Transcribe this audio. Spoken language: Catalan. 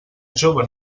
jove